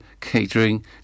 catering